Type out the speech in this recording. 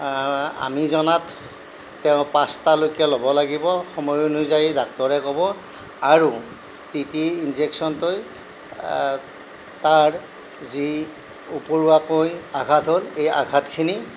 আমি জনাত তেওঁ পাঁচটা লৈকে ল'ব লাগিব সময় অনুযায়ী ডাক্টৰে ক'ব আৰু টি টি ইনজেকচনটো তাৰ যি উপৰুৱাকৈ আঘাত হ'ল সেই আঘাতখিনি